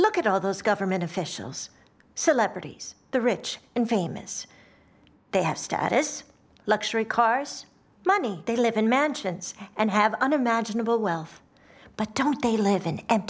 look at all those government officials celebrities the rich and famous they have status luxury cars money they live in mansions and have unimaginable wealth but don't they live